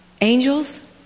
angels